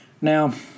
now